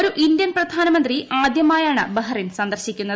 ഒരു ഇന്ത്യൻ പ്രധാനമന്ത്രി ആദ്യമായാണ് ബഹ്റിൻ സന്ദർശിക്കുന്നത്